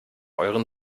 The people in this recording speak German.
euren